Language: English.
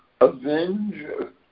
avenger